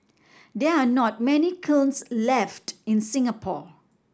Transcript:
there are not many kilns left in Singapore